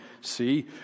See